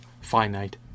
finite